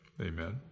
Amen